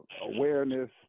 awareness